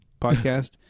podcast